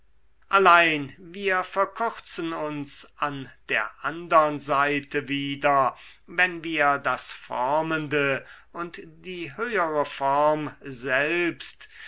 allein wir verkürzen uns an der andern seite wieder wenn wir das formende und die höhere form selbst